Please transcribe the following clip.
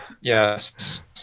Yes